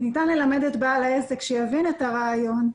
ניתן ללמד את בעל העסק שיבין את הרעיון.